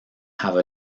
have